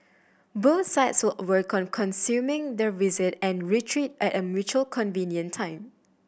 both sides will work on consuming their visit and retreat at a mutually convenient time